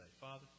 Father